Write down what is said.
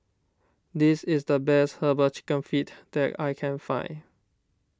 this is the best Herbal Chicken Feet that I can find